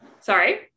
Sorry